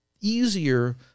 easier